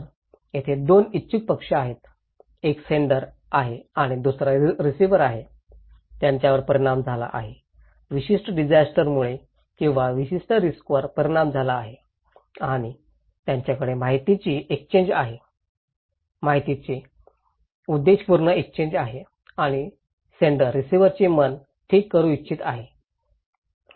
तर तेथे दोन इच्छुक पक्ष आहेत एक सेण्डर आहे आणि दुसरा रिसिव्हर आहे त्यांच्यावर परिणाम झाला आहे विशिष्ट डिजास्टरमुळे किंवा विशिष्ट रिस्कवर परिणाम झाला आहे आणि त्यांच्याकडे माहितीची एक्सचेन्ज आहे माहितीचा उद्देशपूर्ण एक्सचेन्ज आहे आणि सेण्डर रिसिव्हरचे मन ठीक करू इच्छित आहे